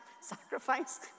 sacrifice